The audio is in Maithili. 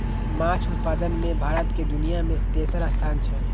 माछ उत्पादन मे भारत के दुनिया मे तेसर स्थान छै